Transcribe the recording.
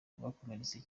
abakomeretse